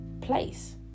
place